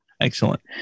Excellent